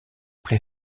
play